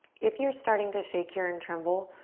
if you're starting to shake here, and tremble,